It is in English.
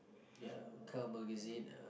ya car magazine